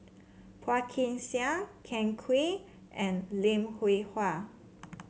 Phua Kin Siang Ken Kwek and Lim Hwee Hua